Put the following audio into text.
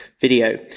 video